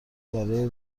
برای